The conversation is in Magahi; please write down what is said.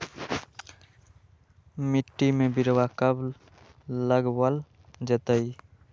मिट्टी में बिरवा कब लगवल जयतई?